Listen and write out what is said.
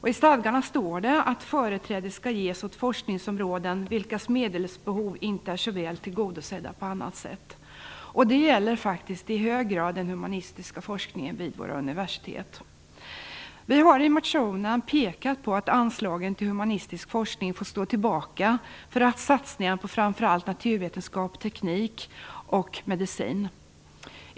I stadgarna står det att företräde skall ges åt forskningsområden vilkas medelsbehov inte är så väl tillgodosedda på annat sätt. Det gäller faktiskt i hög grad den humanistiska forskningen vid våra universitet. Vi har i motionen pekat på att anslagen till humanistisk forskning har fått stå tillbaka för satsningar på framför allt naturvetenskap, teknik och medicin.